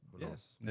yes